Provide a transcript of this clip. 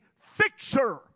fixer